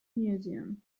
museum